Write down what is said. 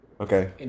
Okay